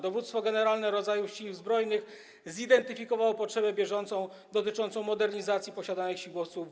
Dowództwo Generalne Rodzajów Sił Zbrojnych zidentyfikowało potrzebę bieżącą dotyczącą modernizacji posiadanych śmigłowców W-